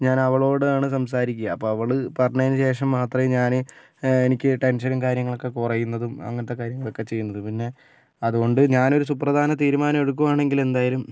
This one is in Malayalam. ഞാനവളോടാണ് സംസാരിക്കുക അപ്പം അവൾ പറഞ്ഞതിന് ശേഷം മാത്രമേ ഞാന് എനിക്ക് ടെൻഷനും കാര്യങ്ങളക്കെ കുറയുന്നതും അങ്ങനത്തെ കാര്യങ്ങളൊക്കെ ചെയ്യുന്നത് പിന്നെ അതുകൊണ്ട് ഞാനൊരു സുപ്രധാന തീരുമാനം എടുക്കുവാണെങ്കില് എന്തായാലും